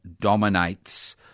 dominates